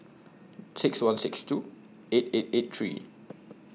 six one six two eight eight eight three